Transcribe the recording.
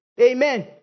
amen